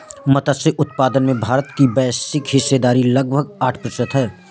मत्स्य उत्पादन में भारत की वैश्विक हिस्सेदारी लगभग आठ प्रतिशत है